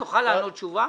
תעשה לי טובה,